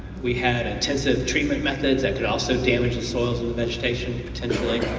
we had intensive treatment methods that could also damage the soils and vegetation potentially,